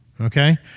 Okay